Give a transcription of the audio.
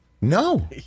No